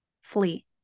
flee